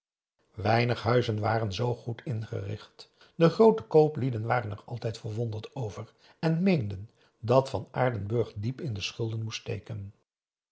weinig huizen waren zoo goed ingericht de groote kooplieden waren er altijd verwonderd over en meenden dat van aardenburg diep in schulden moest steken